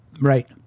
Right